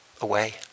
away